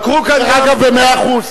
דרך אגב, במאה אחוז.